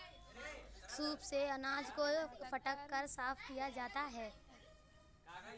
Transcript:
soup से अनाज को फटक कर साफ किया जाता है